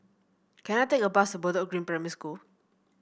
can I take a bus Bedok Green Primary School